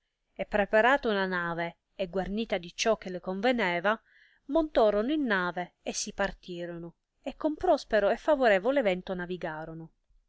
e preparata una nave e guarnita di ciò che le conveneva montorono in nave e si partirono e con prospero e favorevole vento navigarono